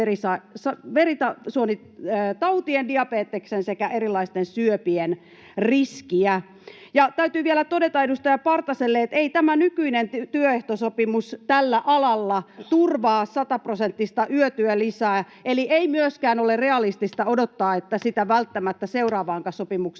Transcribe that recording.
verisuonitautien, diabeteksen sekä erilaisten syöpien riskiä. Täytyy vielä todeta edustaja Partaselle: Ei tämä nykyinen työehtosopimus tällä alalla turvaa 100-prosenttista yötyölisää. Eli ei myöskään ole realistista odottaa, että sitä välttämättä